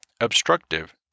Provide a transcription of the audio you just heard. Obstructive